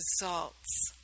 results